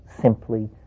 simply